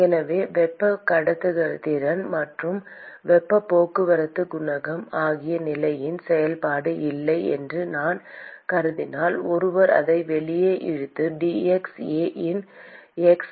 எனவே வெப்பக் கடத்துத்திறன் மற்றும் வெப்பப் போக்குவரத்துக் குணகம் ஆகியவை நிலையின் செயல்பாடு இல்லை என்று நான் கருதினால் ஒருவர் அதை வெளியே இழுத்து dx A இன் x